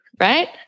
right